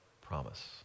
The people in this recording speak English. promise